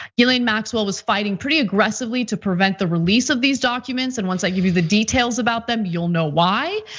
ghislaine maxwell was fighting pretty aggressively to prevent the release of these documents. and once i give you the details about them, you'll know why.